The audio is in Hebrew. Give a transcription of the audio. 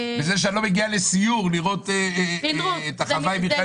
וזה שאני לא מגיע לסיור לראות את החוואי מיכאל